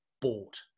bought